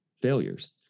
failures